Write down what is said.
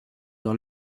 dans